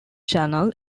channel